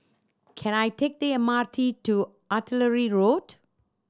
can I take the M R T to Artillery Road